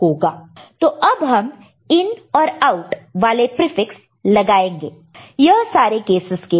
तो अब हम इन और आउट वाले प्रीफिक्स लगाएंगे यह सारे केसेस के लिए